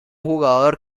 jugador